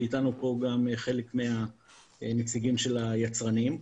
ואתנו חלק מהנציגים של היצרנים.